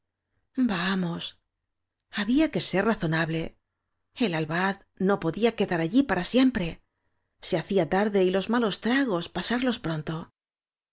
vamos había que ser razo nable el albat no podía quedar allí para siempre se hacía tarde y los malos tragos pa sarlos pronto